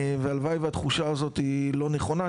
הלוואי והתחושה הזאת היא לא נכונה,